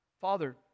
Father